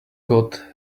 god